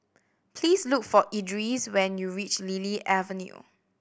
please look for Edris when you reach Lily Avenue